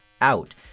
out